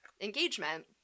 engagement